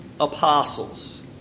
apostles